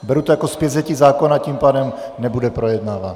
Beru to jako vzetí zákona zpět, tím pádem nebude projednáván.